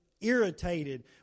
irritated